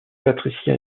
patricia